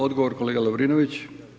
Odgovor kolega Lovrinović.